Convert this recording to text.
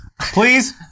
Please